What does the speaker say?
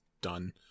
done